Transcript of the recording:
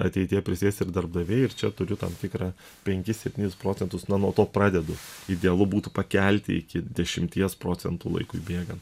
ateityje prisidės ir darbdaviai ir čia turiu tam tikrą penkis septynis procentus na nuo to pradedu idealu būtų pakelti iki dešimties procentų laikui bėgant